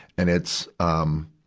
and it's, um,